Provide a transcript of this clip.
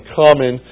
common